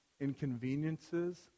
inconveniences